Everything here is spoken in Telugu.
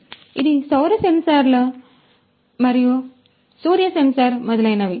కాబట్టి ఇది సౌర సెన్సార్లు సూర్య సెన్సార్ మరియు మొదలైనవి